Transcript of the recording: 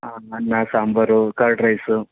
ಹಾಂ ಅನ್ನ sambar curd rice